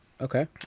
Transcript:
Okay